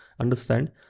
understand